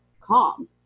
calm